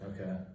Okay